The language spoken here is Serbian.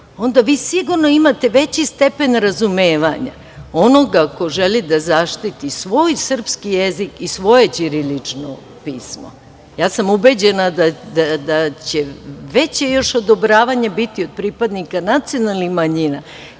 onda vi sigurno imate veći stepen razumevanja onoga ko želi da zaštiti svoj srpski jezik i svoje ćirilično pismo. Ubeđena sam da će veće još odobravanje biti od pripadnika nacionalnih manjina